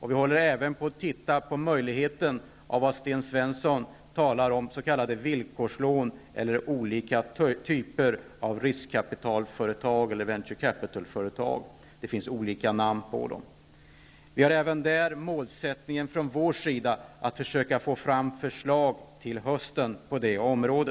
Vi håller även på att se över det som Sten Svensson talade om, nämligen möjligheten med s.k. villkorslån och olika typer av riskkapitalföretag eller venture capital-företag -- det finns olika namn på dem. Vår målsättning är att försöka få fram förslag till hösten på detta område.